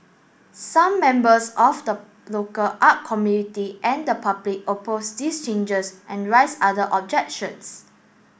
some members of the local art community and the public opposed these changes and rise other objections